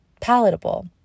palatable